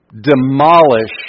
demolish